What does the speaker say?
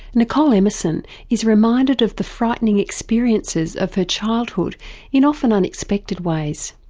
nicole emerson is reminded of the frightening experiences of her childhood in often unexpected ways.